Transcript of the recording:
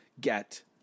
get